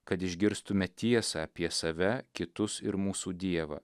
kad išgirstume tiesą apie save kitus ir mūsų dievą